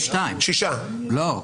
לא.